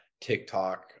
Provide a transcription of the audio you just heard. TikTok